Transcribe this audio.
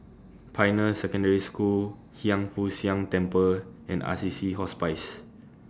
Pioneer Secondary School Hiang Foo Siang Temple and Assisi Hospice